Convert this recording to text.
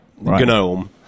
Gnome